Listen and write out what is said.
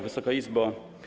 Wysoka Izbo!